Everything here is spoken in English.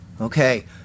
Okay